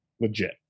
Legit